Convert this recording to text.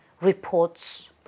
Reports